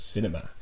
Cinema